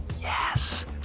yes